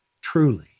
Truly